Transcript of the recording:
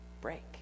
break